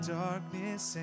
darkness